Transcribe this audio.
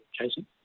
Jason